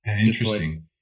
interesting